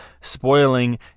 spoiling